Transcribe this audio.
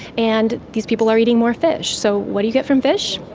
and these people are eating more fish. so what do you get from fish?